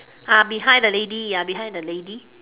uh behind the lady ah behind the lady